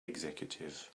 executive